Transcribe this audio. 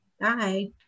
Bye